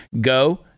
Go